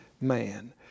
man